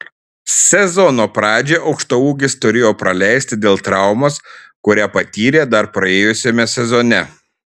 sezono pradžią aukštaūgis turėjo praleisti dėl traumos kurią patyrė dar praėjusiame sezone